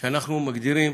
שאנחנו מגדירים